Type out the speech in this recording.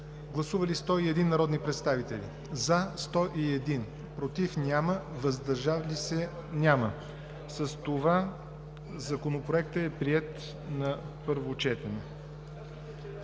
Гласували 101 народни представители: за 101, против и въздържали се няма. С това Законопроектът е приет на първо четене.